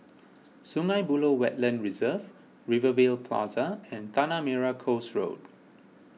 Sungei Buloh Wetland Reserve Rivervale Plaza and Tanah Merah Coast Road